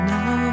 Now